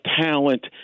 talent